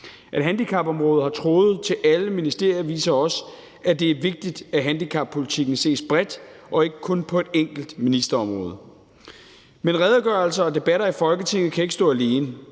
At handicapområdet har tråde ud til alle ministerier viser også, at det er vigtigt, at handicappolitikken ses bredt og ikke kun på et enkelt ministerområde. Men redegørelser og debatter i Folketinget kan ikke stå alene.